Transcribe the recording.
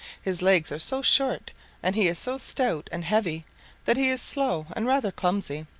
his legs are so short and he is so stout and heavy that he is slow and rather clumsy,